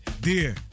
Dear